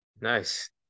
Nice